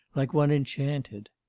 like one enchanted.